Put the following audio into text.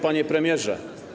Panie Premierze!